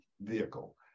vehicle